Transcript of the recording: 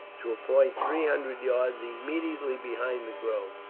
to a point three hundred yards immediately behind the grove.